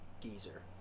geezer